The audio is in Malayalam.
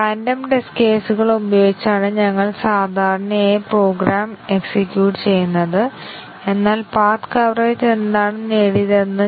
A യുടെ സ്വതന്ത്ര മൂല്യനിർണ്ണയം നേടുന്ന രണ്ട് ടെസ്റ്റ് കേസുകൾ ഏതെന്ന് ആദ്യം പരിശോധിക്കേണ്ടതുണ്ട്